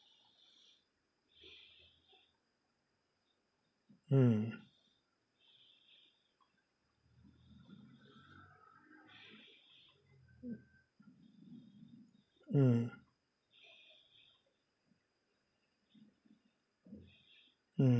mm mm mm